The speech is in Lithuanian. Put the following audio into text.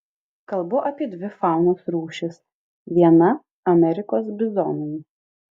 kalbu apie dvi faunos rūšis viena amerikos bizonai